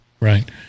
Right